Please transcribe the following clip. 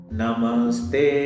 Namaste